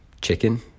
chicken